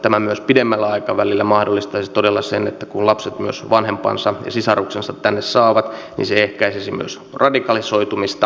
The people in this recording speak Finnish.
tämä myös pidemmällä aikavälillä mahdollistaisi todella sen että kun lapset myös vanhempansa ja sisaruksensa tänne saavat niin se ehkäisisi myös radikalisoitumista